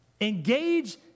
engage